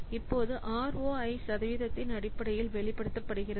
இப்போது ROI சதவீதத்தின் அடிப்படையில் வெளிப்படுத்தப்படுகிறது